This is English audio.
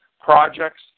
projects